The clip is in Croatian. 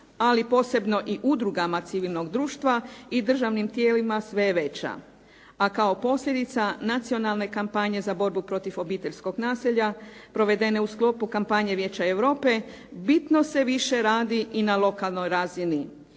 ali posebno i udrugama civilnog društva i državnim tijelima sve je veća. A kao posljedica nacionalne kampanje za borbu protiv obiteljskog nasilja provedene u sklopu kampanje Vijeća Europe bitno se više radi i na lokalnoj razini